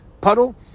puddle